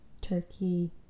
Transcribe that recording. turkey